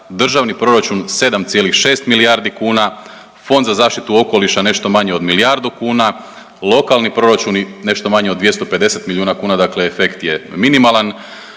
državni proračun 7,6 milijardi kuna, Fond za zaštitu okoliša, nešto manje od milijardu kuna, lokalni proračuni nešto manje od 250 milijuna kuna, dakle efekt je minimalan,